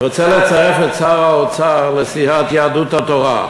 אני רוצה לצרף את שר האוצר לסיעת יהדות התורה.